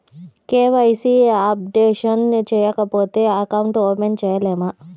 KYC updation చేయకపోతే account open చేయలేమా?